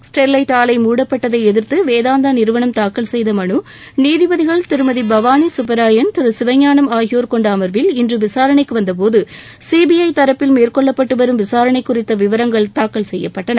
Sterlite ஆலை மூடப்பட்டதை எதிர்த்து வேதாந்தா நிறுவனம் தாக்கல் செய்த மனு நீதிபதிகள் திருமதி பவானி சுப்பராயன் திரு சிவஞானம் ஆகியோர் கொண்ட அமர்வில் இன்று விசாரணைக்கு வந்தபோது சிபிஐ தரப்பில் மேற்கொள்ளப்பட்டு வரும் விசாரணை குறித்த விவரங்கள் தாக்கல் செய்யப்பட்டன